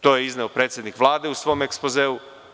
To je izneo predsednik Vlade u svom ekspozeu.